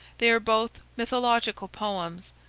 they are both mythological poems,